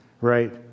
right